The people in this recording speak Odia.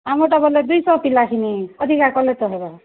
ଆମର୍ଟା ବୋଲେ ଦୁଇଶହ ପିଲା କିନି ଅଧିକା କଲେ ତ ହେବା